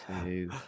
two